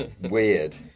weird